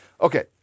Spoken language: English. Okay